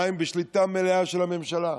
המים בשליטה מלאה של הממשלה.